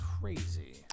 crazy